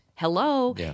Hello